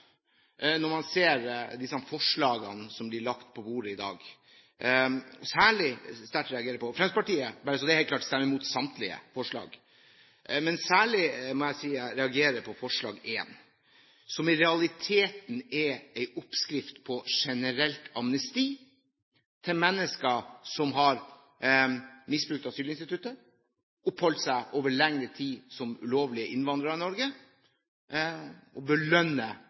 når jeg ser disse forslagene som er blitt lagt på bordet i dag. Bare så det er klart: Fremskrittspartiet stemmer imot samtlige. Jeg må si jeg reagerer særlig på forslag 1, som i realiteten er en oppskrift på generelt amnesti for mennesker som har misbrukt asylinstituttet og oppholdt seg over lengre tid som ulovlige innvandrere i Norge